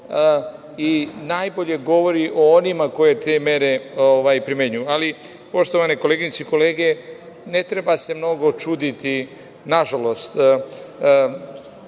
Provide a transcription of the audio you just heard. i najbolje govori o onima koje te mere primenjuju. Poštovane koleginice i kolege, ne treba se mnogo čuditi, nažalost,